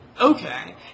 Okay